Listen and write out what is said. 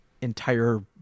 entire